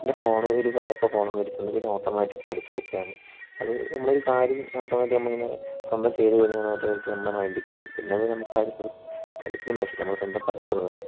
പിന്നെ ഫോണ് ഒരു പ്രായം ആയപ്പോൾ ഫോണ് മേടിച്ചു തന്നു പിന്നെ ഓട്ടോമാറ്റിക്ക് പഠിച്ച് എടുത്തതാണ് അത് നമ്മൾ ഒരു കാര്യം ഓട്ടോമാറ്റിക്കായി നമ്മളിങ്ങനെ സ്വന്തം ചെയ്ത് കഴിഞ്ഞാൽ ഓട്ടോമാറ്റിക്ക് നമ്മളെ മൈന്റിൽ കയറും പിന്നെ ഉള്ളത് നമുക്ക് പഠിപ്പിക്കേണ്ട ആവിശ്യമില്ല നമ്മൾ സ്വന്തം പഠിച്ചുകൊളും അത് നോക്കി